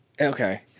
okay